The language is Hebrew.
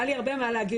היה לי הרבה מה להגיד,